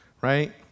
Right